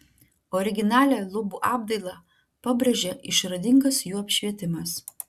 originalią lubų apdailą pabrėžia išradingas jų apšvietimas